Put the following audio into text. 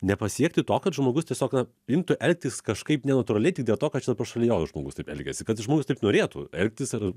nepasiekti to kad žmogus tiesiog na imtų elgtis kažkaip nenatūraliai tik dėl to kad čia dabar šalia jo žmogus taip elgiasi kad žmogus taip norėtų elgtis ir